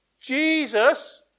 Jesus